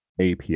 API